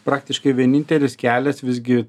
praktiškai vienintelis kelias visgi